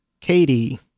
Katie